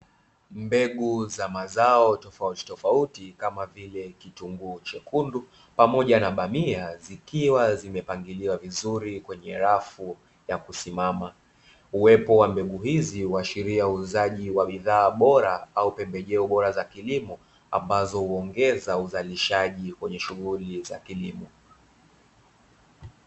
Mbegu za mazao tofauti tofauti kama vile kitunguu chekundu pamoja na bamia zikiwa zimepangiliwa vizuri kwenye rafu ya kusimama, uwepo wa mbegu hizi huashiria uuzaji wa bidhaa bora au pembejeo bora za kilimo ambazo huongeza uzalishaji kwenye shughuli za kilimo.